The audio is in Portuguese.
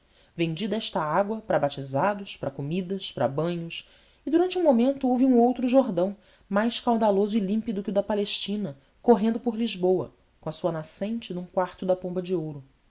vendi desta água para batizados para comidas para banhos e durante um momento houve um outro jordão mais caudaloso e límpido que o da palestina correndo por lisboa com a sua nascente num quarto da pomba de ouro